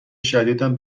شدیدم